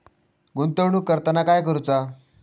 गुंतवणूक करताना काय करुचा?